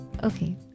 Okay